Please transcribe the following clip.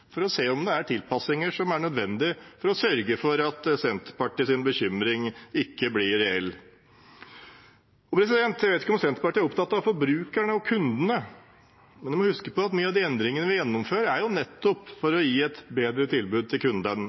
for å se om det er tilpasninger som er nødvendige for å sørge for at Senterpartiets bekymring ikke blir reell. Jeg vet ikke om Senterpartiet er opptatt av forbrukerne og kundene. Vi må huske på at mange av de endringene vi gjennomfører, nettopp er for å gi et bedre tilbud til kunden og forbrukeren. Heldigvis er stortingsflertallet opptatt av forbrukerne og kundene,